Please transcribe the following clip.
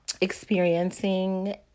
experiencing